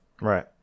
right